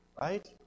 right